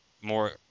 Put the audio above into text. more